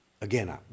Again